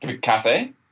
Cafe